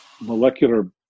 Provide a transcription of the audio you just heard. molecular